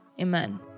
amen